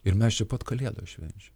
ir mes čia pat kalėdas švenčiam